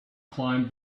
climbed